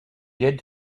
did